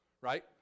right